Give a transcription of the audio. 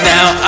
Now